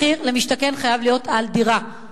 מחיר למשתכן חייב להיות על דירה,